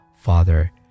Father